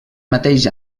mateix